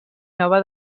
nova